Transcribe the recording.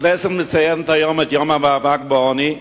הכנסת מציינת היום את יום המאבק בעוני.